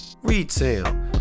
retail